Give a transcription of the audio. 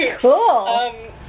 cool